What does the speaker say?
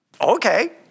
Okay